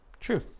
True